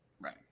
Right